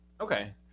Okay